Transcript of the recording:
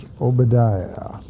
Obadiah